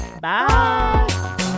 Bye